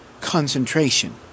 concentration